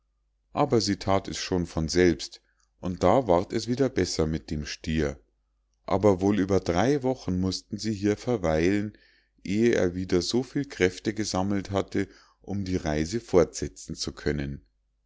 aber sie that es schon von selbst und da ward es wieder besser mit dem stier aber wohl über drei wochen mußten sie hier verweilen eh er wieder so viel kräfte gesammelt hatte um die reise fortsetzen zu können